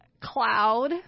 Cloud